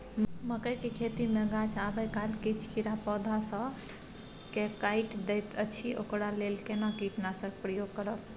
मकई के खेती मे गाछ आबै काल किछ कीरा पौधा स के काइट दैत अछि ओकरा लेल केना कीटनासक प्रयोग करब?